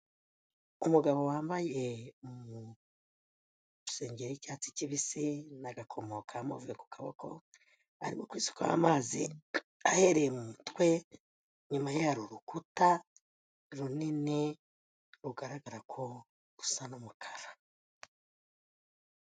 Ku mugabo wambaye mu isengeri y'icyatsi kibisi, n'agakomo ka move ku maboko, arimo kwisukaho amazi, ahereye mu mutwe, inyuma ye hari urukuta, runini, rugaragara ko rusa n'umukara.